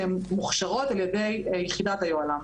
שהן מוכשרות על ידי יחידת היוהל"מ.